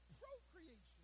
procreation